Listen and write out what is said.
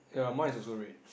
ya mine is also red